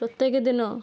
ପ୍ରତ୍ୟେକ ଦିନ